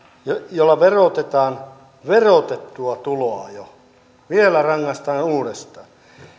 jolla verotetaan jo verotettua tuloa vielä rangaistaan uudestaan